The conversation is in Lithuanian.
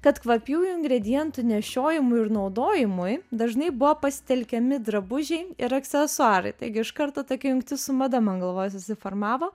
kad kvapiųjų ingredientų nešiojimui ir naudojimui dažnai buvo pasitelkiami drabužiai ir aksesuarai taigi iš karto tokia jungtis su mada man galvoj susiformavo